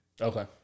okay